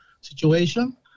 situation